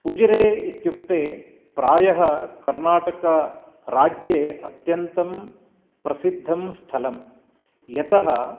उजिरे इत्युक्ते प्रायः कर्नाटकराज्ये अत्यन्तं प्रसिद्धं स्थलं यतः